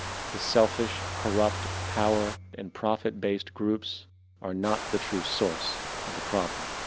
the selfish, corrupt power and profit based groups are not the true source of the problem.